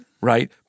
Right